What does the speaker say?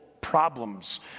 Problems